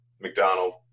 McDonald